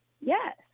Yes